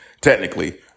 technically